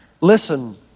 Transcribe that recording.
Listen